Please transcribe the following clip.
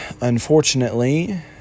Unfortunately